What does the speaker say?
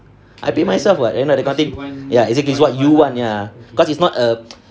I pay myself [what] that kind of thing ya exactly so what you want ya cause it's not a